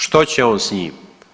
Što će on s njim?